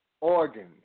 organs